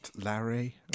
Larry